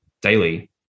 daily